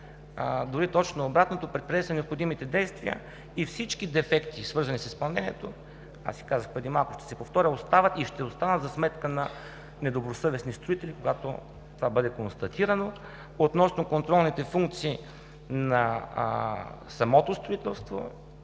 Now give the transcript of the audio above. дори точно обратното, предприети са необходимите действия и всички дефекти, свързани с изпълнението, казах и преди малко, ще се повторя, остават и ще останат за сметка на недобросъвестни строители, когато това бъде констатирано. Относно контролните функции на самото строителство,